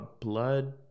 Blood